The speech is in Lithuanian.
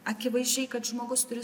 akivaizdžiai kad žmogus turi